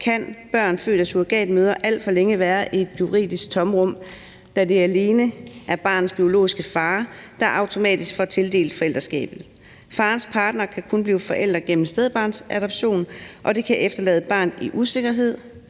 kan børn født af surrogatmødre alt for længe være i et juridisk tomrum, da det alene er barnets biologiske far, der automatisk får tildelt forældreskabet. Fars partner kan kun blive forælder gennem stedbarnsadoption, og det kan efterlade barnet i usikkerhed